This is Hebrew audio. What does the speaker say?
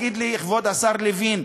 תגיד לי, כבוד השר לוין,